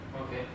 Okay